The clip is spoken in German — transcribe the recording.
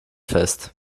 fest